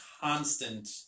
constant